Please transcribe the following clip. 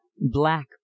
black